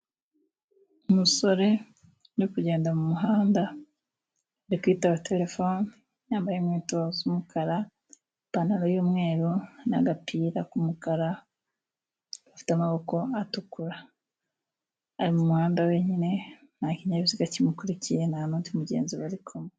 Umusore uri kugenda mu muhanda ari kwitaba telefone. Yambaye inkweto z'umukara, ipantaro y'umweru, n'agapira k'umukara gafite amaboko atukura. Ari mu muhanda wenyine, nta kinyabiziga kimukurikiye, nta n'undi mugenzi bari kumwe.